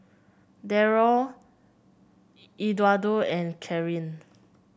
Darold Eduardo and Karyn